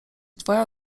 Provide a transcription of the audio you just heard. twoja